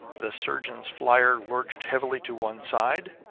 the surgeon's flier lurched heavily to one side.